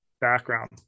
background